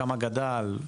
כמה גדל?